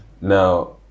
now